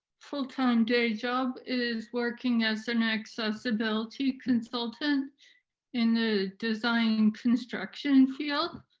full-time day job, is working as an accessibility consultant in the design construction field.